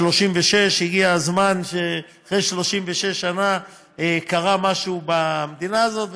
36. הגיע הזמן שאחרי 36 שנה יקרה משהו במדינה הזאת,